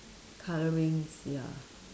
colourings ya